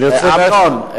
אמנון.